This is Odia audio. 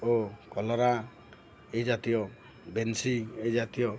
ଓ କଲରା ଏଇ ଜାତୀୟ ବେନ୍ସି ଏଇ ଜାତୀୟ